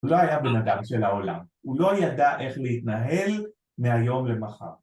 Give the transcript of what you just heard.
הוא לא היה בן אדם של העולם, הוא לא ידע איך להתנהל מהיום למחר